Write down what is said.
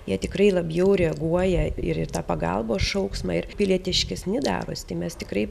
jie tikrai labiau reaguoja ir į tą pagalbos šauksmą ir pilietiškesni darosi tai mes tikrai